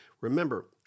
Remember